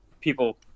people